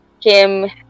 Kim